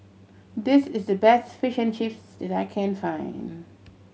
this is the best Fish and Chips that I can find